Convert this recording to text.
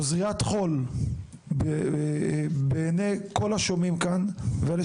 זו זריית חול בעיניי כל מי ששומעים כאן וכל מי